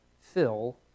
fill